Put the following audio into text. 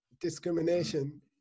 discrimination